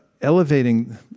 elevating